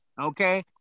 Okay